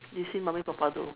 you see mommy papa do